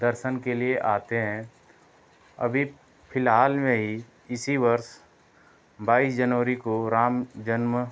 दर्शन के लिए आते हैं अभी फिलहाल में ही इसी वर्ष बाईस जनवरी को राम जन्म